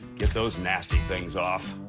get those nasty things off.